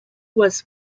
was